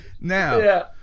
Now